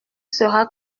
sera